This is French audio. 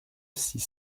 six